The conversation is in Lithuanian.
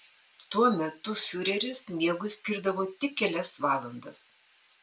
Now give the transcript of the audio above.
tuo metu fiureris miegui skirdavo tik kelias valandas